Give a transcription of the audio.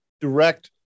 direct